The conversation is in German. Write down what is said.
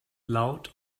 laut